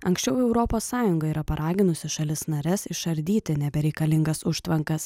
anksčiau europos sąjunga yra paraginusi šalis nares išardyti nebereikalingas užtvankas